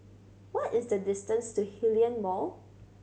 what is the distance to Hillion Mall